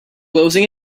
closing